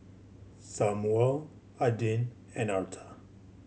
Samual Adin and Arta